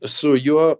su juo